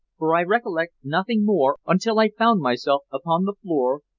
for i recollect nothing more until i found myself upon the floor,